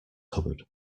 cupboard